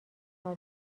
سال